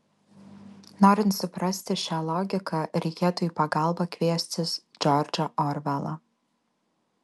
norint suprasti šią logiką reikėtų į pagalbą kviestis džordžą orvelą